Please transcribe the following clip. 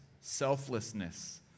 selflessness